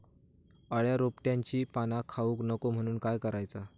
अळ्या रोपट्यांची पाना खाऊक नको म्हणून काय करायचा?